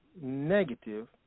negative